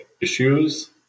issues